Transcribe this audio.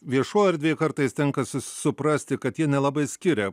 viešoj erdvėj kartais tenka suprasti kad jie nelabai skiria